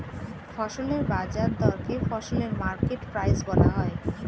ফসলের বাজার দরকে ফসলের মার্কেট প্রাইস বলা হয়